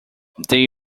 they